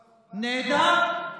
נהדר,